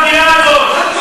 אתם ה"דאעש" של המדינה הזאת.